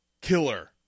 killer